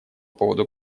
поводу